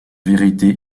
vérité